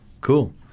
Cool